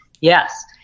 Yes